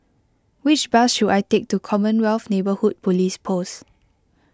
which bus should I take to Commonwealth Neighbourhood Police Post